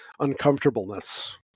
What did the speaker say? uncomfortableness